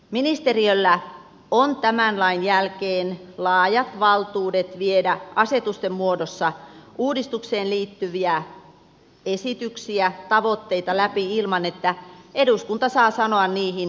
ministeriöllä on tämän lain jälkeen laajat valtuudet viedä asetusten muodossa uudistukseen liityviä esityksiä tavoitteita läpi ilman että eduskunta saa sanoa niihin yhtäkään sanaa